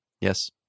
yes